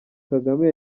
kagame